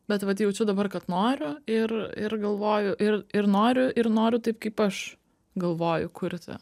bet vat jaučiu dabar kad noriu ir ir galvoju ir ir noriu ir noriu taip kaip aš galvoju kurti